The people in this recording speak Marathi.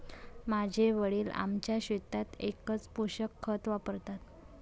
माझे वडील आमच्या शेतात एकच पोषक खत वापरतात